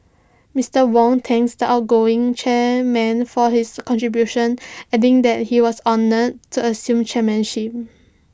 Mister Wong thanked the outgoing chairman for his contributions adding that he was honoured to assume chairmanship